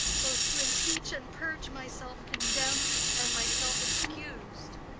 both to impeach and purge myself condemned and myself excus'd.